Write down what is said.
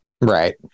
Right